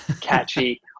catchy